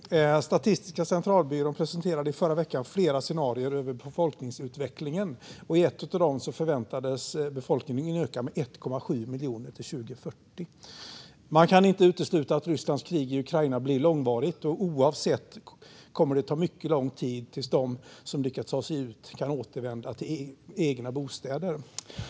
Herr talman! Min fråga går till bostadsministern. Statistiska centralbyrån presenterade i förra veckan flera scenarier över befolkningsutvecklingen. I ett av dem förväntades befolkningen öka med 1,7 miljoner till 2040. Man kan inte utesluta att Rysslands krig i Ukraina blir långvarigt, och oavsett detta kommer det att ta mycket lång tid innan de som har lyckats ta sig ut kan återvända till egna bostäder.